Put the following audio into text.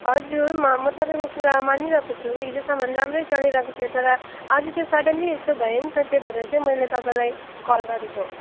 हजुर म म तपाईँको कुरा मानिरहेको छु हिजोसम्मन राम्रै चलिरहेको थियो तर आज चाहिँ सडन्ली यस्तो भयो नि त त्यही भएर चाहिँ मैले तपाईँलाई कल गरेको